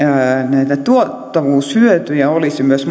näitä tuottavuushyötyjä olisi myös